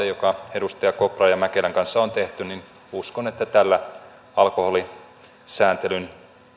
joka edustaja kopran ja mäkelän kanssa on tehty tällä alkoholisääntelyn